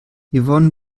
yvonne